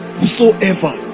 whosoever